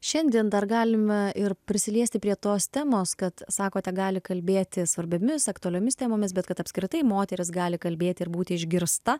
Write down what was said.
šiandien dar galime ir prisiliesti prie tos temos kad sakote gali kalbėti svarbiomis aktualiomis temomis bet kad apskritai moteris gali kalbėti ir būti išgirsta